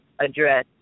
address